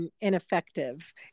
Ineffective